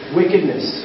wickedness